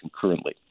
concurrently